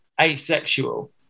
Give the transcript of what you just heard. asexual